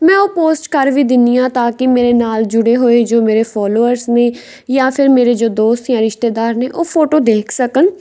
ਮੈਂ ਉਹ ਪੋਸਟ ਕਰ ਵੀ ਦਿੰਦੀ ਹਾਂ ਤਾਂ ਕਿ ਮੇਰੇ ਨਾਲ ਜੁੜੇ ਹੋਏ ਜੋ ਮੇਰੇ ਫੋਲੋਅਰਸ ਨੇ ਜਾਂ ਫਿਰ ਮੇਰੇ ਜੋ ਦੋਸਤ ਜਾਂ ਰਿਸ਼ਤੇਦਾਰ ਨੇ ਉਹ ਫੋਟੋ ਦੇਖ ਸਕਣ